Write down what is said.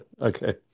Okay